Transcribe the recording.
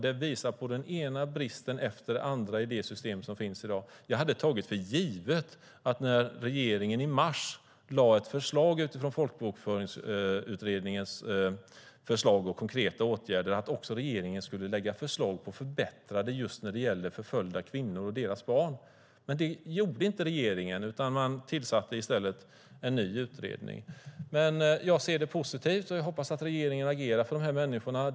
Den visar på den ena bristen efter den andra i dagens system. Jag tog för givet att regeringens förslag som lades fram i mars utifrån Folkbokföringsutredningens konkreta åtgärder skulle innebära förbättringar för förföljda kvinnor och deras barn. Men det gjorde inte regeringen, utan i stället tillsattes en ny utredning. Men jag ser det som positivt, och jag hoppas att regeringen agerar för dessa människor.